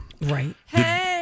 Right